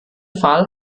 fall